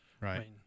right